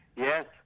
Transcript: Yes